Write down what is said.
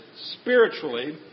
spiritually